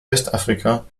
westafrika